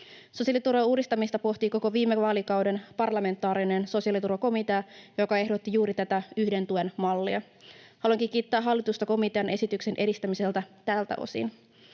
Sosiaaliturvan uudistamista pohti koko viime vaalikauden parlamentaarinen sosiaaliturvakomitea, joka ehdotti juuri tätä yhden tuen mallia. Haluankin kiittää hallitusta komitean esityksen edistämisestä tältä osin.